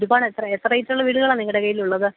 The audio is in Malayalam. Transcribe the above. ഒരുപാട് എത്ര എത്ര പ്രസുള്ള വീടുകളാണ് നിങ്ങളുടെ കയ്യിലുള്ളത്